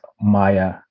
Maya